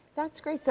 that is great. so